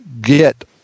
get